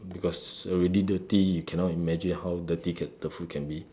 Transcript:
because already dirty you cannot imagine how dirty can the food can be